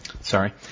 sorry